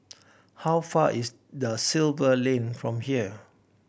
how far is the Silva Lane from here